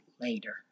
later